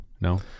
no